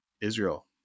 israel